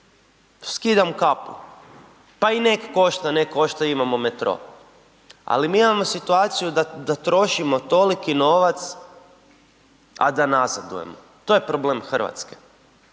Skidam kapu, pa i nek košta, nek košta imamo metro, ali mi imamo situaciju da trošimo toliki novac, a da nazadujemo, to je problem Hrvatske,